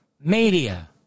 media